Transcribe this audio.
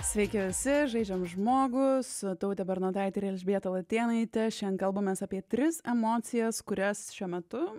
sveiki visi žaidžiam žmogų su taute bernotaite ir elžbieta latėnaite šiandien kalbamės apie tris emocijas kurias šiuo metu